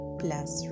plus